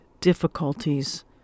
difficulties